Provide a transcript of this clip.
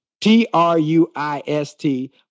t-r-u-i-s-t